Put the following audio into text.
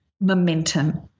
momentum